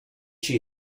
she